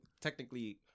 technically